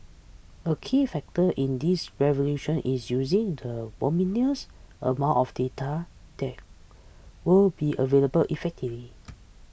a key factor in this evolution is using the voluminous amount of data that will be available effectively